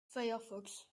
firefox